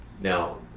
Now